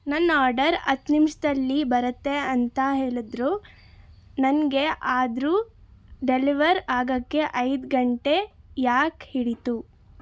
ನನ್ನ ಆರ್ಡರ್ ಹತ್ತು ನಿಮಿಷದಲ್ಲಿ ಬರತ್ತೆ ಅಂತ ಹೇಳಿದರು ನನಗೆ ಆದರೂ ಡೆಲಿವರ್ ಆಗೋಕ್ಕೆ ಐದು ಗಂಟೆ ಯಾಕೆ ಹಿಡಿಯಿತು